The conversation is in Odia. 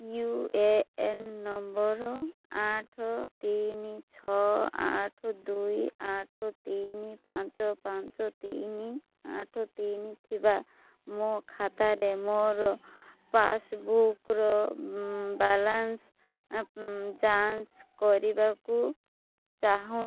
ୟୁ ଏ ଏନ୍ ନମ୍ବର ଆଠ ତିନି ଛଅ ଆଠ ଦୁଇ ଆଠ ତିନି ପାଞ୍ଚ ପାଞ୍ଚ ତିନି ଆଠ ତିନି ଥିବା ମୋ ଖାତାରେ ମୋର ପାସ୍ବୁକ୍ର ବାଲାନ୍ସ ଯାଞ୍ଚ କରିବାକୁ ଚାହୁଁଛି